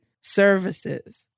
services